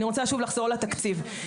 אני רוצה לחזור לתקציב.